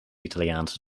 italiaanse